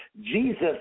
Jesus